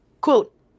Quote